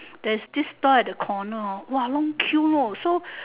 there's this store at the corner hor !wah! long queue lor so